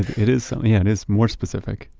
it is um yeah and is more specific.